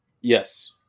Yes